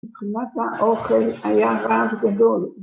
בקומת האוכל היה רעש גדול.